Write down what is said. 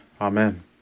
Amen